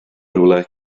rhywle